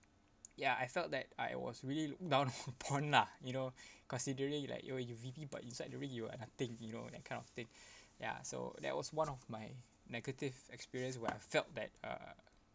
ya I felt that I was really looked down upon lah you know considering it like you're a V_P but inside the ring you are nothing you know that kind of thing ya so that was one of my negative experience where I felt that uh